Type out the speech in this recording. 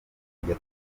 kujya